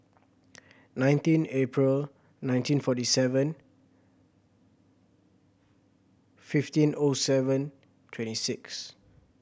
nineteen April nineteen forty seven fifteen O seven twenty six